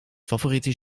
favoriete